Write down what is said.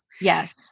Yes